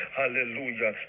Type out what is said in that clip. hallelujah